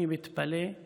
אני מתפלא על